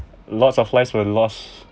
lots of lives were lost